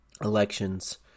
Elections